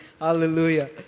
Hallelujah